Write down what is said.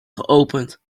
geopend